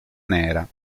nera